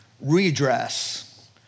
redress